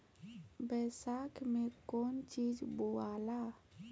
बैसाख मे कौन चीज बोवाला?